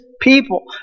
people